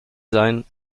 sein